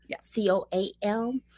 c-o-a-l